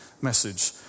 message